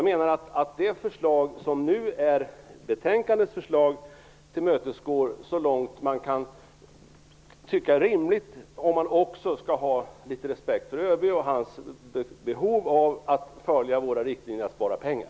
Det förslag som nu är betänkandets förslag tillmötesgår detta så långt man kan tycka är rimligt, om man också skall ha litet respekt för ÖB och hans behov av att följa våra riktlinjer att spara pengar.